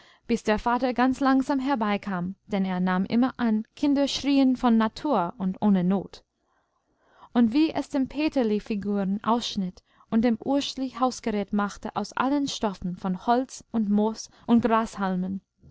bis der vater ganz langsam herbeikam denn er nahm immer an kinder schrieen von natur und ohne not und wie es dem peterli figuren ausschnitt und dem urschli hausgerät machte aus allen stoffen von holz und moos und